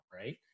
right